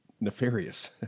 nefarious